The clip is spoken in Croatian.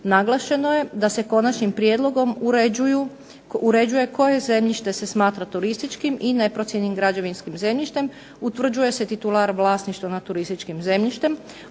Naglašeno je da se konačnim prijedlogom uređuje koje zemljište se smatra turističkim i neprocijenjenim građevinskim zemljištem, utvrđuje se titular vlasništva nad turističkim zemljištem,